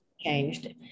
changed